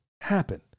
happen